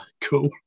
Cool